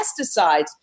pesticides